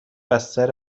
بستر